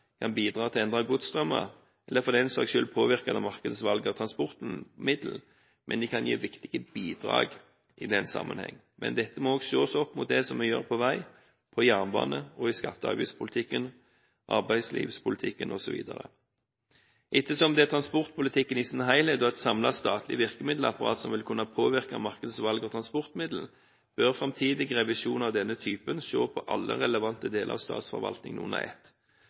kan bidra til å endre godsstrømmer, eller for den saks skyld påvirke markedets valg av transportmiddel, men de kan gi viktige bidrag i den sammenheng. Men dette må ses opp mot det som vi gjør på vei, på jernbane, i skatte- og avgiftspolitikken og i arbeidslivspolitikken osv. Ettersom det er transportpolitikken i sin helhet og et samlet statlig virkemiddelapparat som vil kunne påvirke markedets valg av transportmiddel, bør framtidig revisjon av denne typen se alle relevante deler av